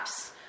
apps